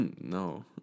No